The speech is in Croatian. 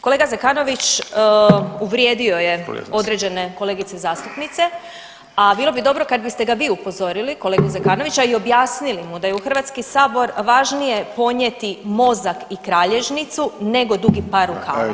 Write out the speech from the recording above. Kolega Zekanović uvrijedio je određene kolegice zastupnice, a bilo bi dobro kada biste ga vi upozorili kolegu Zekanovića i objasnili mu da je u Hrvatski sabor važnije ponijeti mozak i kralježnicu nego dugi par rukava.